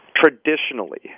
Traditionally